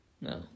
No